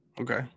Okay